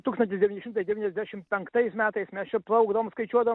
tūkstantis devyni šimtai devyniasdešim penktais metais mes čia plaukdavom skaičiuodavom